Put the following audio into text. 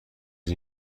اگر